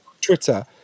Twitter